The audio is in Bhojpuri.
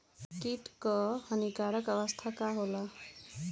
कीट क हानिकारक अवस्था का होला?